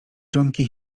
dżonki